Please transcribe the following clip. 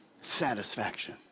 satisfaction